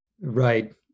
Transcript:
right